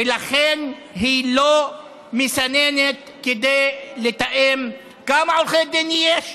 ולכן היא לא מסננת כדי לתאם כמה עורכי דין יש,